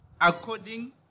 according